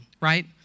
Right